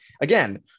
again